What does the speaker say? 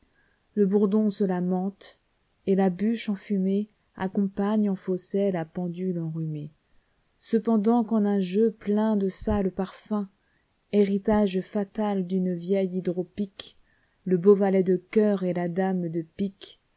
le bourdon se lamente et la bûche enfuméeaccompagne en fausset la pendule enrhumée cependant qu'en un jeu plein de sales parfums héritage fatal d'une vieille hydrepique le beau valet de cœur et la dame de piquecausent